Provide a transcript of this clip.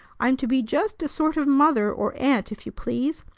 i'm to be just a sort of mother, or aunt, if you please,